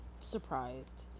surprised